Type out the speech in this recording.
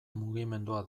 mugimendua